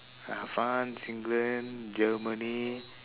uh france england germany